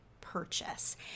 purchase